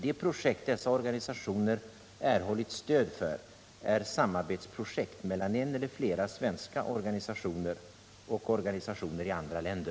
De projekt dessa organisationer erhållit stöd för är samarbetsprojekt mellan en eller flera svenska organisationer och organisationer i andra länder.